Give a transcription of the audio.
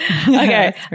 Okay